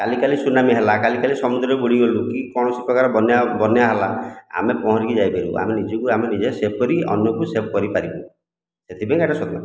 କାଲି କାଲି ସୁନାମୀ ହେଲା କାଲି କାଲି ସମୁଦ୍ରରେ ବୁଡ଼ିଗଲୁ କି କୌଣସି ପ୍ରକାର ବନ୍ୟା ବନ୍ୟା ହେଲା ଆମେ ପହଁରିକି ଯାଇ ପାରିବୁ ଆମେ ନିଜକୁ ଆମେ ନିଜେ ସେଫ୍ କରି ଅନ୍ୟକୁ ସେଫ୍ କରିପାରିବୁ ଏଥିପାଇଁ କି ଏହିଟା ସ୍ଵତନ୍ତ୍ର